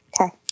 Okay